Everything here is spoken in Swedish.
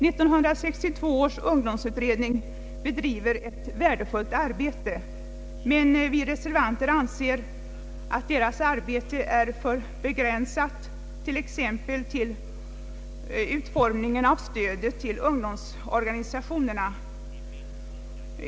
1962 års ungdomsutredning bedriver ett värdefullt arbete, men vi reservanter anser att detta arbete är begränsat till exempelvis utformningen av stödet till ungdomsorganisationerna.